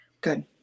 Good